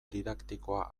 didaktikoa